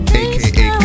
aka